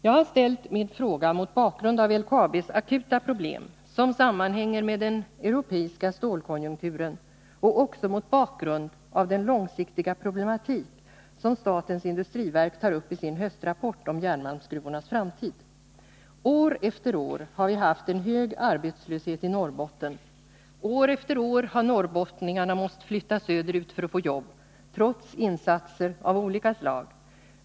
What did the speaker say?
Jag har väckt min interpellation mot bakgrund av LKAB:s akuta problem, som sammanhänger med den europeiska stålkonjunkturen. Jag har också väckt den mot bakgrund av den långsiktiga problematik som statens industriverk tar upp i sin höstrapport om järnmalmsgruvornas framtid. År efter år har vi haft hög arbetslöshet i Norrbotten. År efter år har norrbottningarna måst flytta söderut för att få jobb, trots insatser av olika slag.